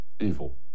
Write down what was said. Evil